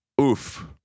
oof